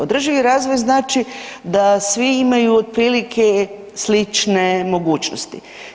Održivi razvoj znači da svi imaju otprilike slične mogućnosti.